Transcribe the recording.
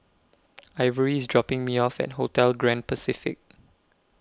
Ivory IS dropping Me off At Hotel Grand Pacific